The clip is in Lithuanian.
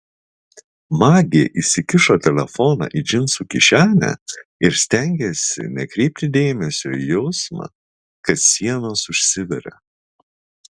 magė įsikišo telefoną į džinsų kišenę ir stengėsi nekreipti dėmesio į jausmą kad sienos užsiveria